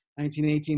1918